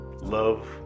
love